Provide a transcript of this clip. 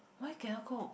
why cannot go